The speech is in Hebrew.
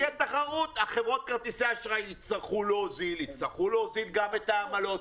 חברות כרטיסי האשראי יצטרכו להוזיל ויצטרכו להוזיל גם את העמלות.